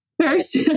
first